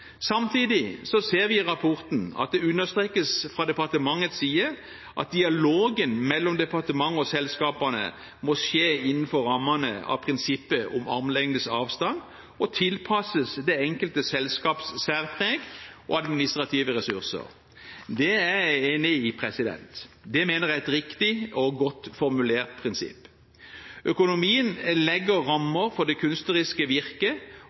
Samtidig ser vi i rapporten at det understrekes fra departementets side at dialogen mellom departementet og selskapene må skje innenfor rammene av prinsippet om armlengdes avstand og tilpasses det enkelte selskaps særpreg og administrative ressurser. Det er jeg enig i. Det mener jeg er et riktig og godt formulert prinsipp. Økonomien legger rammer for det kunstneriske